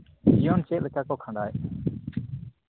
ᱡᱤᱭᱚᱱ ᱠᱚ ᱪᱮᱫᱞᱮᱠᱟ ᱠᱚ ᱠᱷᱟᱸᱰᱟᱣᱮᱜᱼᱟ